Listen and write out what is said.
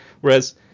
whereas